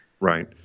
Right